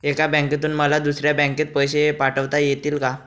एका बँकेतून मला दुसऱ्या बँकेत पैसे पाठवता येतील का?